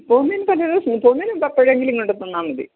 പൊവുന്നതിന് തലേദിവസം പൊവുന്നതിന് മുമ്പ് എപ്പോഴെങ്കിലും കൊണ്ട് തന്നാൽ മതി